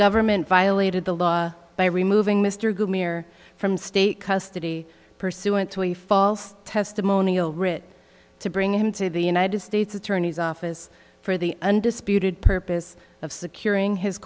government violated the law by removing mr good near from state custody pursuant to a false testimonial writ to bring him to the united states attorney's office for the undisputed purpose of securing his